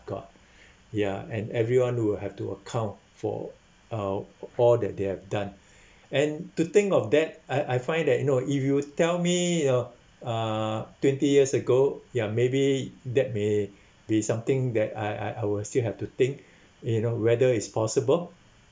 god ya and everyone will have to account for uh all that they have done and to think of that I I find that you know if you tell me your uh twenty years ago ya maybe that may be something that I I I will still have to think you know whether it's possible